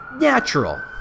natural